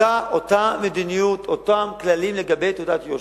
זו אותה מדיניות ואותם כללים לגבי תעודת יושר.